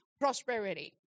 prosperity